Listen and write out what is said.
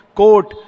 court